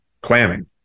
clamming